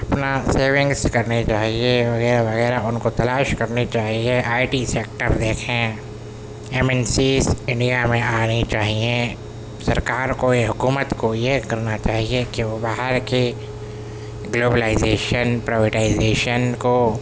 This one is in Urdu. اپنا سیونگس کرنی چاہیے وغیرہ وغیرہ ان کو تلاش کرنی چاہیے آئی ٹی سیکٹر دیکھیں ایم این سیز انڈیا میں آنی چاہیے سرکار کو حکومت کو یہ کرنا چاہیے کہ وہ باہر کی گلوبلائزیشن پروٹائزیشن کو